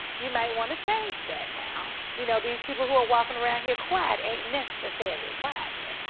you may wanna change that now, you know these people who are walking around here quiet ain't necessarily quiet. oh.